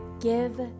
give